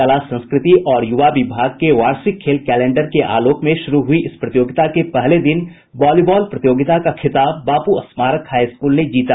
कला संस्कृति और युवा विभाग के वार्षिक खेल कैलेंडर के आलोक में शुरू हुई इस प्रतियोगिता के पहले दिन वॉलीबाल प्रतियोगिता का खिताब बापू स्मारक हाई स्कूल ने जीता